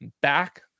back